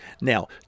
Now